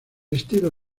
estilo